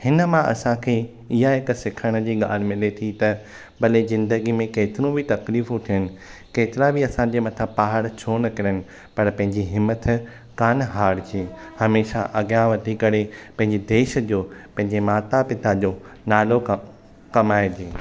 हिनमां असांखे इहा हिकु सिखण जी ॻाल्हि मिले थी त भले ज़िंदगी में केतिरियूं बि तकलीफ़ूं थियण केतिरा बि असांजे मथां पहाड़ छो न किरनि पर पंहिंजी हिमथ तां न हारिजे हमेशह अॻियां वधी करे पंहिंजे देश जो पंहिंजे माता पिता जो नालो क कमाइजे